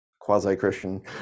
quasi-Christian